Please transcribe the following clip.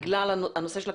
בגלל הנושא של הקורונה,